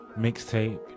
mixtape